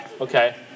Okay